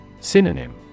Synonym